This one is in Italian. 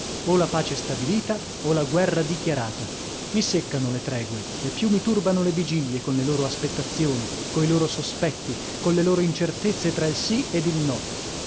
o la pace stabilita o la guerra dichiarata mi seccano le tregue e più mi turbano le vigilie con le loro aspettazioni coi loro sospetti colle loro incertezze tra il sì ed il no